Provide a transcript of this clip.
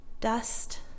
dust